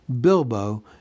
Bilbo